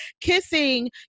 kissing